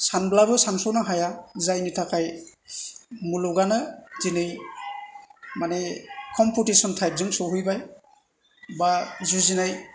सानब्लाबो सानस'नो हाया जायनि थाखाय मुलुगानो दिनै मानि कमपिटिसन टाइप जों सौहैबाय बा जुजिनाय